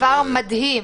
זה דבר מדהים.